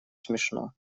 смешно